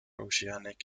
oceanic